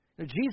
Jesus